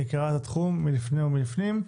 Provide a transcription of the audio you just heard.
היא מכירה את התחום לפניי ולפנים,